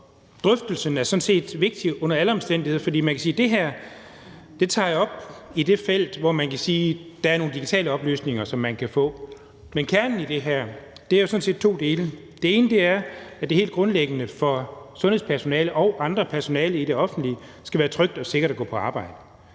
og drøftelsen er sådan set vigtig under alle omstændigheder. For det her tager jeg op i det felt, hvor man kan sige, at der er nogle digitale oplysninger, som man kan få, men kernen i det her er jo sådan set to dele. Det ene er, at det helt grundlæggende for sundhedspersonale og andet personale i det offentlige skal være trygt og sikkert at gå på arbejde,